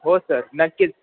हो सर नक्कीच